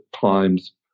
times